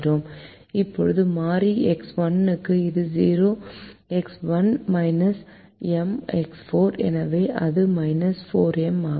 இப்போது மாறி X1 க்கு இது 0 x 1 M x 4 எனவே அது 4M ஆகும்